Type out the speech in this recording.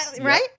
Right